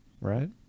right